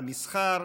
המסחר,